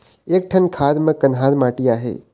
एक ठन खार म कन्हार माटी आहे?